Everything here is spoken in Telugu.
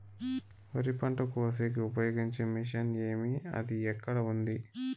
వరి పంట కోసేకి ఉపయోగించే మిషన్ ఏమి అది ఎక్కడ ఉంది?